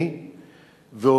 אפילו כשהוא נכנס,